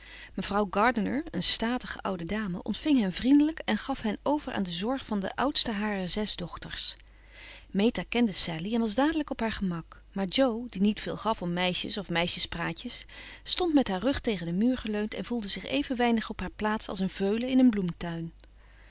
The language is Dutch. mevrouw gardiner een statige oude dame ontving hen vriendelijk en gaf hen over aan de zorg van de oudste harer zes dochters meta kende sallie en was dadelijk op haar gemak maar jo die niet veel gaf om meisjes of meisjespraatjes stond met haar rug tegen den muur geleund en voelde zich even weinig op haar plaats als een veulen in een bloemtuin